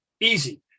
easy